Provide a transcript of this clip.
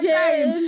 time